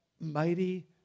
Mighty